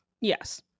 yes